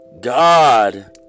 God